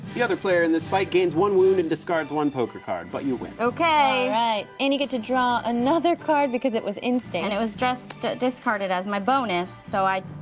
the other player in this fight gains one wound and discards one poker card, but you win. okay. alright. and you get to draw another card because it was instincts. and it was just discarded as my bonus, so i